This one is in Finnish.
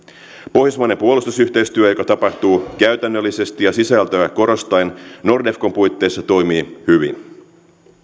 pohjoismainen puolustusyhteistyö joka tapahtuu käytännöllisesti ja sisältöä korostaen nordefcon puitteissa toimii hyvin